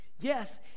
Yes